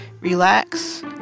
relax